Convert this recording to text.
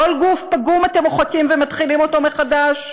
כל גוף פגום אתם מוחקים ומתחילים מחדש?